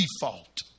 default